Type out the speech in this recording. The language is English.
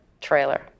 trailer